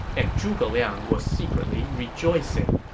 and zhuge liang was secretly rejoicing.